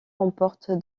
remporte